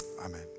amen